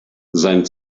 sein